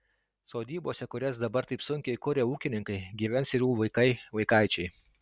sodybose kurias dabar taip sunkiai kuria ūkininkai gyvens ir jų vaikai vaikaičiai